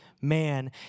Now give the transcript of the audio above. man